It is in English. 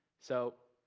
so,